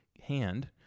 hand